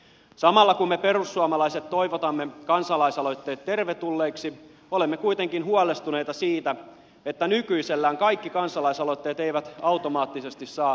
samalla kun me perussuomalaiset toivotamme kansalaisaloitteet tervetulleiksi olemme kuitenkin huolestuneita siitä että nykyisellään kaikki kansalaisaloitteet eivät automaattisesti saa kunnollista käsittelyä